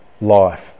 life